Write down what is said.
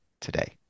today